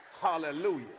Hallelujah